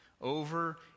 Over